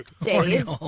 Dave